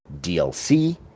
DLC